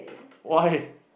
why